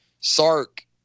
Sark